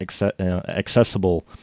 accessible